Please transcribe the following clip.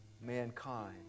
Mankind